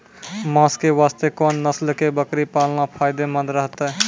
मांस के वास्ते कोंन नस्ल के बकरी पालना फायदे मंद रहतै?